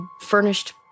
furnished